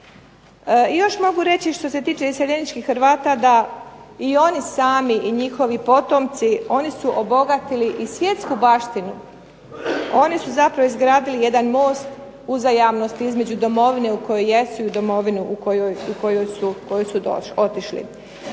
I još mogu reći što se tiče iseljeničkih Hrvata da i oni sami i njihovi potomci oni su obogatili i svjetsku baštinu, oni su zapravo izgradili jedan most uzajamnosti između Domovine u kojoj jesu i domovine u koju su otišli.